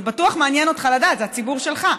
זה בטוח מעניין אותך לדעת, זה הציבור שלך.